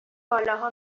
بالاها